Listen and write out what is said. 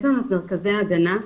יש לנו מרכזי הגנה,